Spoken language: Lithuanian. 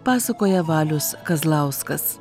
pasakoja valius kazlauskas